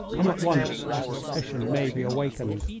come at once, or suspicion may be awakened.